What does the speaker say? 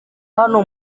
hano